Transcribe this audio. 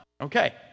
Okay